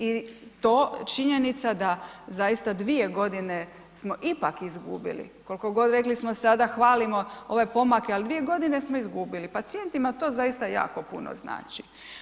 I to činjenica da zaista 2 godine smo ipak izgubili, koliko god rekli smo sada hvalimo ove pomake, ali 2 godine smo izgubili, pacijentima to zaista jako puno znači.